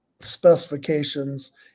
specifications